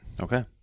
Okay